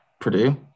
Purdue